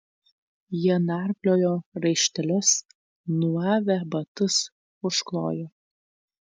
jie narpliojo raištelius nuavę batus užklojo